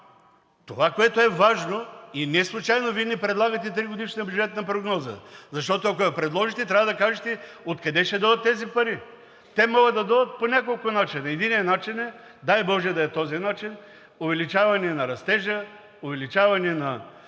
това, което е важно и неслучайно Вие ни предлагате тригодишна бюджетна прогноза, защото, ако я предложите, трябва да кажете откъде ще дойдат тези пари. Те могат да дойдат по няколко начина – единият начин е, дай боже да е този начин, увеличаване на растежа, увеличаване на